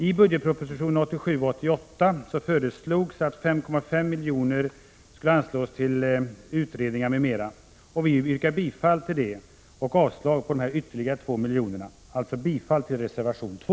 I budgetpropositionen 1987/88 föreslogs att 5,5 miljoner skulle anslås till utredningar m.m. Vi tillstyrker det förslaget, men avstyrker förslaget om att satsa ytterligare 2 miljoner. Jag yrkar bifall till reservation 2.